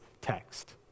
text